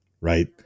right